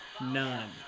None